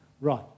Right